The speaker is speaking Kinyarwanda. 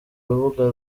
urubuga